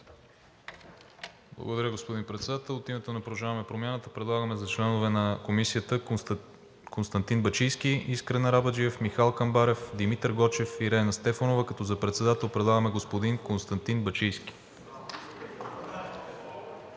Благодаря, господин Председател. От името на „Продължаваме Промяната“ предлагаме за членове на Комисията Константин Бачийски, Искрен Арабаджиев, Михал Камбарев, Димитър Гочев и Рена Стефанова, като за председател предлагаме господин Константин Бачийски.